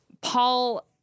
Paul